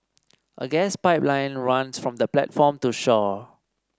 a gas pipeline runs from the platform to shore